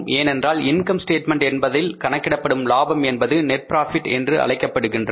ஏனென்றால் income statement என்பதில் கணக்கிடப்படும் லாபம் என்பது நெட் ப்ராபிட் என்று அழைக்கப்படுகின்றது